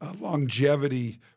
longevity